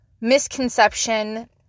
misconception